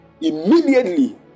immediately